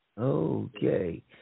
Okay